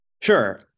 Sure